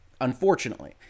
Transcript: unfortunately